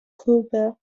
cooper